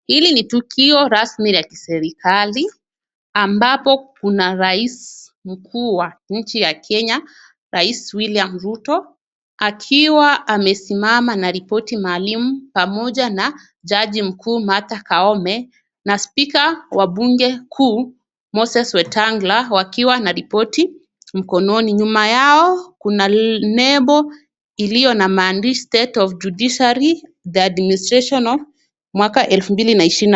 Hili ni tukio rasmi la kiserikali ambapo kuna rais mkuu wa nchi ya Kenya; rais William Ruto akiwa amesimama na ripoti maalum pamoja na jaji mkuu Martha Koome na spika wa bunge kuu Moses Wetangula wakiwa na ripoti mkononi. Nyuma yao kuna nembo iliyo na maandishi state of judiciary, the administration of 2025 .